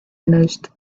finished